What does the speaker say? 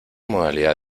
modalidad